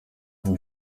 niba